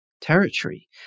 territory